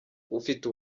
ufite